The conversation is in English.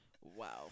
Wow